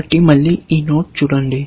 కాబట్టి మళ్ళీ ఈ నోడ్ చూడండి